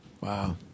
Wow